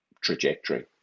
trajectory